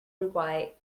uruguay